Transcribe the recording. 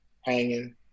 Hanging